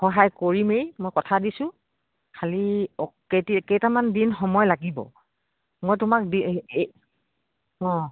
সহায় কৰিমেই মই কথা দিছোঁ খালি কেইটামান দিন সময় লাগিব মই তোমাক দি এই অঁ